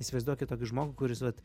įsivaizduokit tokį žmogų kuris vat